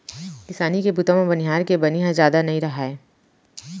किसानी के बूता म बनिहार के बनी ह जादा नइ राहय